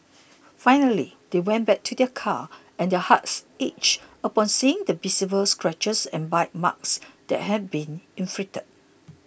finally they went back to their car and their hearts ached upon seeing the visible scratches and bite marks that had been inflicted